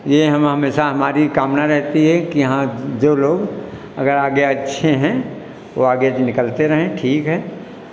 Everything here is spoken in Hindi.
यह हम हमेशा हमारी कामना रहती है कि हाँ जो लोग अगर आगे अच्छे हैं वह आगे जो निकलते रहे ठीक है